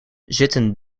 zitten